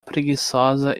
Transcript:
preguiçosa